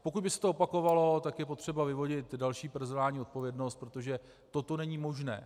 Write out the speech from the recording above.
Pokud by se to opakovalo, tak je potřeba vyvodit další personální odpovědnost, protože toto není možné.